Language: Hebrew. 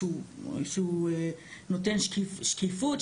שהוא נותן שקיפות,